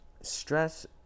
stress